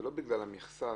זה לא בגלל המכסה,